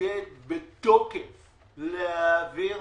אתנגד בתוקף להעביר,